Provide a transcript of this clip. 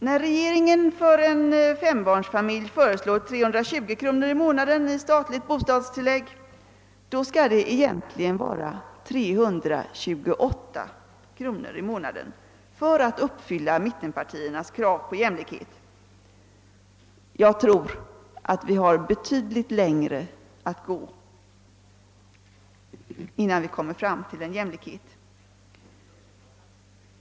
Då regeringen för en fembarnsfamilj föreslår 320 kronor i månaden i statligt bostadstillägg, skall det vara 328 kronor i månaden för att uppfylla mittenpartiernas krav på jämlikhet. Jag tror att vi har betydligt längre att gå innan vi når fram till jämlikhet.